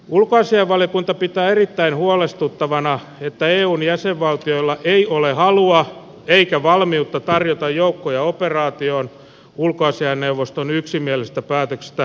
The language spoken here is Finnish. ulkoasiainvaliokunta pitää erittäin huolestuttavana että eun jäsenvaltioilla ei ole halua eikä valmiutta tarjota joukkoja operaatioon ulkoasiainneuvoston yksimielisestä päätöksestä huolimatta